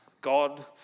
God